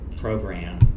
program